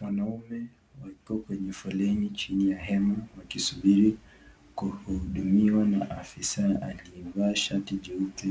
Wanaume wakiwa kwenye foleni chini ya hema wakisubiri kuhudumiwa na afisa aliyevaa shati jeupe